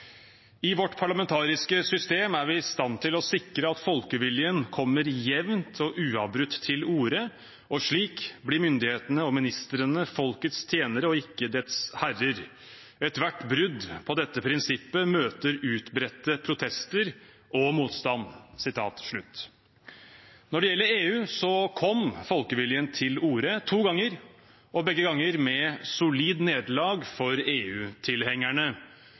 I vårt parlamentariske system er vi i stand til å sikre at folkeviljen kommer jevnt og uavbrutt til orde, og slik blir myndighetene og ministrene folkets tjenere og ikke dets herrer. Ethvert brudd på dette prinsippet møter utbredte protester og motstand. Når det gjelder EU, kom folkeviljen til ordet to ganger og begge ganger med solid nederlag for